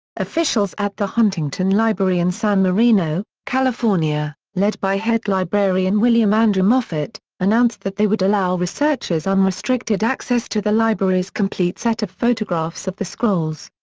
officials at the huntington library in san marino, california, led by head librarian william andrew moffett, announced that they would allow researchers unrestricted access to the library's complete set of photographs of the scrolls.